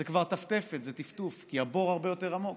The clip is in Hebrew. זה כבר טפטפת, זה טפטוף, כי הבור הרבה יותר עמוק.